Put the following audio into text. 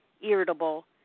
irritable